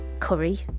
curry